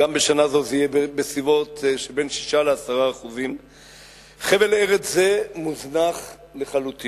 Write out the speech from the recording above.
גם בשנה זו היא תהיה בין 6% ל-10% חבל ארץ זה מוזנח לחלוטין,